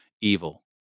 evil